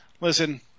Listen